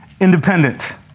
independent